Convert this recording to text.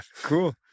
Cool